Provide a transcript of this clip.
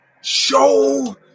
Show